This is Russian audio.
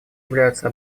являются